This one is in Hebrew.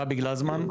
גבי גלזמן,